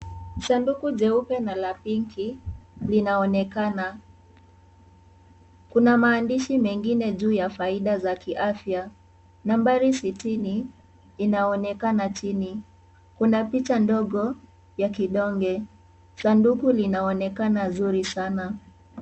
Sanduku jeupe na la pinki, linaonekana. Kuna maandishi mengine juu ya faida za kiafya, nambari sitini, inaonekana chini. Kuna picha ndogo, ya kidonge. Sanduku linaonekana zuri sana.